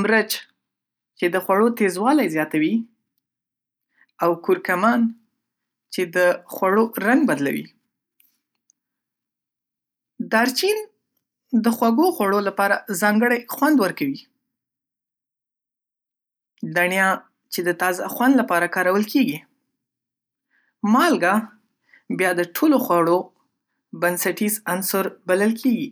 مرچ چې د خوړو تیزوالی زیاتوي او کورکمان چې د خوړو رنګ بدلوی. دارچین د خوږو خوړو لپاره ځانګړی خوند ورکوي، دڼیا چې د تازه خوند لپاره کارول کېږي، مالګه بیا د ټولو خوړو بنسټیز عنصر بلل کیږی